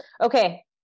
okay